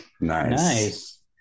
Nice